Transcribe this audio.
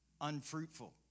Unfruitful